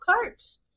carts